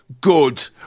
good